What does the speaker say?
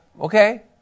Okay